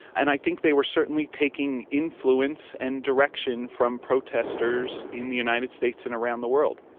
and i think they were certainly taking influence and direction from protesters in the united states and around the world.